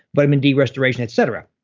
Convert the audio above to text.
vitamin d restoration, et cetera.